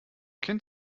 kind